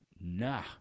nah